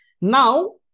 Now